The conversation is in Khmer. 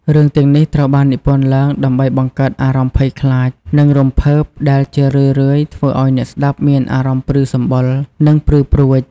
រឿងទាំងនេះត្រូវបាននិពន្ធឡើងដើម្បីបង្កើតអារម្មណ៍ភ័យខ្លាច និងរំភើប ដែលជារឿយៗធ្វើឱ្យអ្នកស្ដាប់មានអារម្មណ៍ព្រឺសម្បុរ និងព្រឺព្រួច។